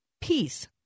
peace